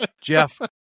Jeff